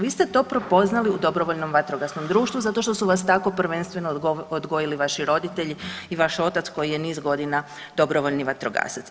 Vi ste to prepoznali u dobrovoljnom vatrogasnom društvu zašto što su vas tako prvenstveno odgojili vaši roditelji i vaš otac koji je niz godina dobrovoljni vatrogasac.